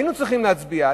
היינו צריכים להצביע,